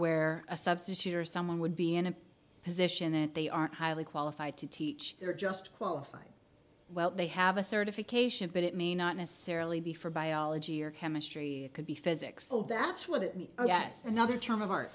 where a substitute or someone would be in a position that they aren't highly qualified to teach or just qualified well they have a certification but it may not necessarily be for biology or chemistry could be physics that's what it gets another term of art